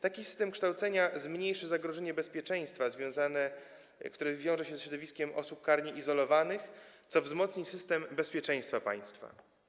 Taki system kształcenia zmniejszy zagrożenie bezpieczeństwa, które wiąże się ze środowiskiem osób karnie izolowanych, co wzmocni system bezpieczeństwa państwa.